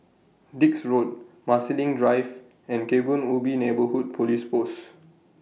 Dix Road Marsiling Drive and Kebun Ubi Neighbourhood Police Post